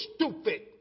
stupid